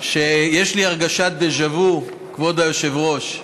שיש לי הרגשת דז'ה וו, כבוד היושב-ראש.